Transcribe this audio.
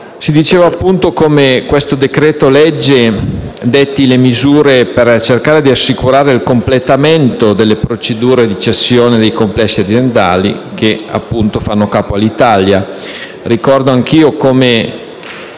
Si diceva come questo decreto-legge detti le misure per cercare di assicurare il completamento delle procedure di cessione dei complessi aziendali che fanno capo all'Italia. Ricordo anche io come